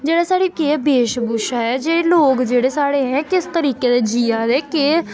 जेह्ड़ा साढ़ी केह् बेशभूशा ऐ जेह्ड़ी लोक जेह्ड़े साढ़े किस तरीके दे जिया दे केह्